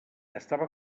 estava